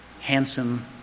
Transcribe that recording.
handsome